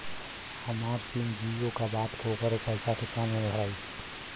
हमार सिम जीओ का बा त ओकर पैसा कितना मे भराई?